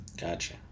Gotcha